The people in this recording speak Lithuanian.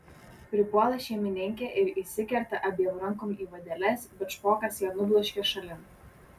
pripuola šeimininkė ir įsikerta abiem rankom į vadeles bet špokas ją nubloškia šalin